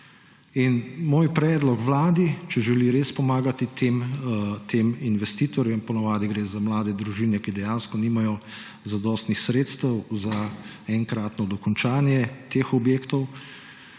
Moj predlog Vladi, če želi res pomagati tem investitorjem – ponavadi gre za mlade družine, ki dejansko nimajo zadostnih sredstev za enkratno dokončanje teh objektov